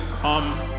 come